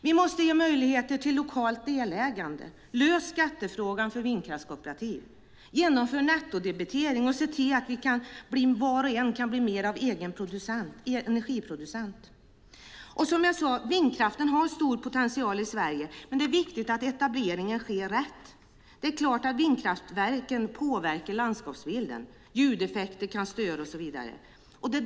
Vi måste ge möjligheter till lokalt delägande. Lös skattefrågan för vindkraftskooperativ! Genomför nettodebitering och se till att var och en kan bli mer av egen energiproducent! Som jag sade har vindkraften en stor potential i Sverige. Men det är viktigt att etableringarna sker rätt. Det är klart att vindkraftverken påverkar landskapsbilden, ljudeffekter kan störa och så vidare.